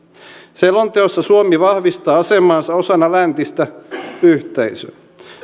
selonteossa suomi vahvistaa asemaansa osana läntistä yhteisöä